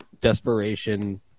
desperation